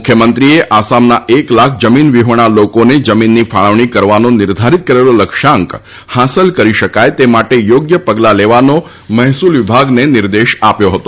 મુખ્યમંત્રીએ આસામના એક લાખ જમીન વિહોણા લોકોને જમીનની ફાળવણી કરવાનો નિર્ધારિત કરેલો લક્ષ્યાંક હાંસલ કરી શકાય તે માટે યોગ્ય પગલાં લેવાનો મહેસૂલ વિભાગને નિર્દેશ આપ્યો હતો